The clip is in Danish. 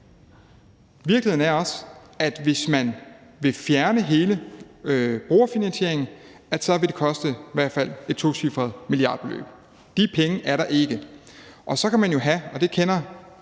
Virkeligheden er også, at hvis man vil fjerne hele brugerfinansieringen, vil det koste i hvert fald et tocifret milliardbeløb. De penge er der ikke. Så kan man jo, og det kender